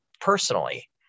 personally